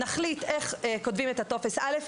נחליט איך כותבים את טופס 7(א).